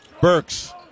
Burks